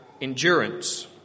Endurance